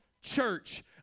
church